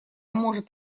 может